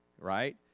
Right